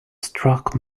struck